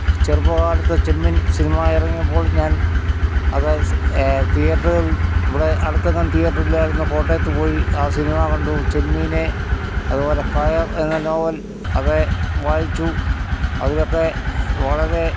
ചെറുപ്പകാലത്ത് ചെമ്മീൻ സിനിമ ഇറങ്ങിയപ്പോൾ ഞാൻ അത് സ് തിയേറ്ററുകളിൽ ഇവിടെ അടുത്തെങ്ങും തിയേറ്റർ ഇല്ലായിരുന്നു കോട്ടയത്ത് പോയി ആ സിനിമ കണ്ടു ചെമ്മീന് അതുപോലെ കയർ എന്ന നോവൽ അത് വായിച്ചു അതിലൊക്കെ വളരെ